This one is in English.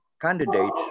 candidates